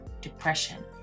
depression